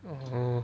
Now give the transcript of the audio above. oh